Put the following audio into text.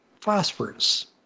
phosphorus